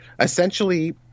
essentially